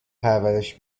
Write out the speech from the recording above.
پرورش